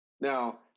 Now